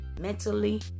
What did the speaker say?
mentally